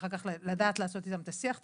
אחר כך לדעת לעשות איתם את השיח הראשוני,